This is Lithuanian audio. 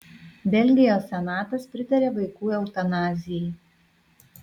belgijos senatas pritarė vaikų eutanazijai